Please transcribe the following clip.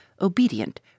obedient